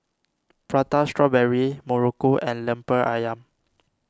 Prata Strawberry Muruku and Lemper Ayam